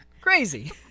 crazy